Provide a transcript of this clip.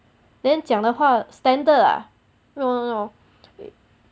then 讲的话 standard lah you know you know